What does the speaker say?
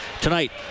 tonight